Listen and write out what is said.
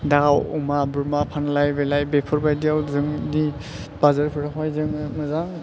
दाव अमा बोरमा फानलाय बायलाय बेफोरबादियाव जोंनि बाजारफोरावहाय जोङो मोजां